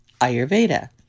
ayurveda